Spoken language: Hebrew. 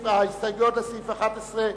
ההסתייגות של חברי הכנסת חנא סוייד,